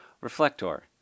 Reflector